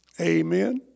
Amen